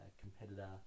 competitor